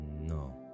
No